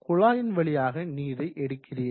குழாயின் வழியாக நீரை எடுக்கிறீர்கள்